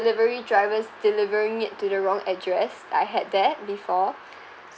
delivery drivers delivering it to the wrong address I had that before